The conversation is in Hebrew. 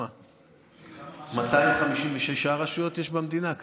256 רשויות יש במדינה?